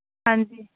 ਹਾਂਜੀ